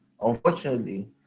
Unfortunately